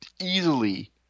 easily